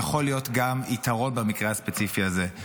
יכול להיות גם יתרון במקרה הספציפי הזה.